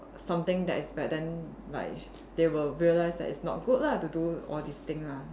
something that is bad then like they will realise that it's not good lah to do all these thing lah